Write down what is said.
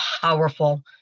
powerful